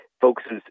focuses